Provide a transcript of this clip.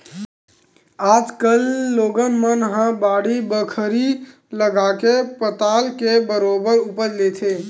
आज कल लोगन मन ह बाड़ी बखरी लगाके पताल के बरोबर उपज लेथे